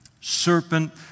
serpent